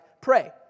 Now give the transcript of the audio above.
pray